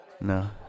No